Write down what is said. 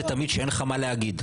זה תמיד כשאין לך מה להגיד.